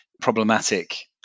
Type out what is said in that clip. problematic